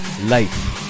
life